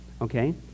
Okay